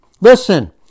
Listen